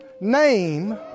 name